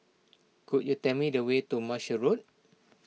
could you tell me the way to Marshall Road